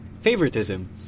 favoritism